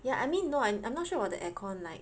yeah I mean no I'm I'm not sure about the aircon like